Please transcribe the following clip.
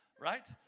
Right